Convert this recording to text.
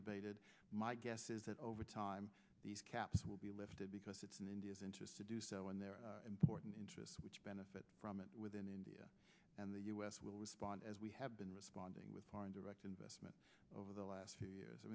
debated my guess is that over time these caps will be lifted because it's in india's interest to do so and there are important interests which benefit from it within india and the us will respond as we have been responding with foreign direct investment over the last few years